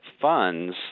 funds